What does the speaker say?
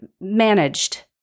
managed